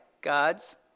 God's